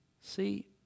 See